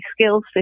skills